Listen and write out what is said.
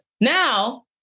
now